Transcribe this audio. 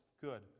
good